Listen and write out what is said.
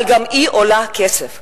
אבל גם היא עולה כסף.